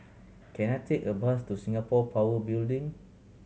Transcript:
can I take a bus to Singapore Power Building